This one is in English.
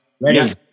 ready